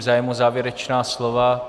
Zájem o závěrečná slova?